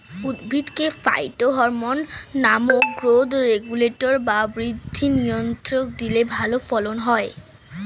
উদ্ভিদকে ফাইটোহরমোন নামক growth regulator বা বৃদ্ধি নিয়ন্ত্রক দিলে ভালো ফলন হয়